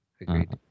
agreed